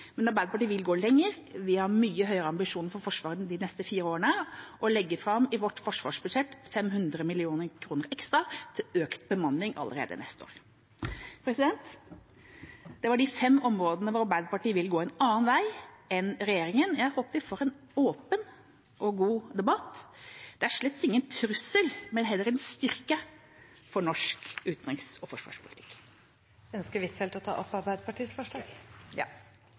Men Arbeiderpartiet vil gå lenger. Vi har mye høyere ambisjoner for Forsvaret de neste fire årene og legger fram i vårt forsvarsbudsjett 500 mill. kr ekstra til økt bemanning allerede neste år. Det var de fem områdene hvor Arbeiderpartiet vil gå en annen vei enn regjeringa. Jeg håper vi får en åpen og god debatt. Det er slettes ingen trussel, men heller en styrke for norsk utenriks- og forsvarspolitikk. Ønsker representanten Huitfeldt å ta opp Arbeiderpartiets forslag? Ja.